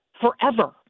forever